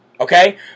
okay